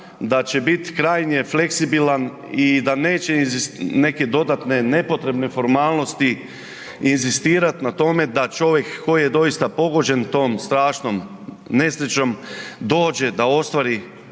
da će biti krajnje fleksibilan i neće neke dodatne nepotrebne formalnosti inzistirati na tome da čovjek koji je doista pogođen tom strašnom nesrećom dođe da ostvari